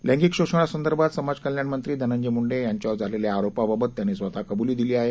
लैंगिकशोषणासंदर्भातसमाजकल्याणमंत्रीधनंजयमुंडेयांच्यावरझालेल्याआरोपाबाब तत्यांनीस्वतःकब्लीदिलीआहे